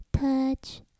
Touch